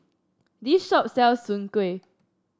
this shop sells Soon Kueh